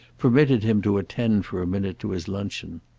permitted him to attend for a minute to his luncheon.